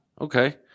Okay